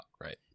right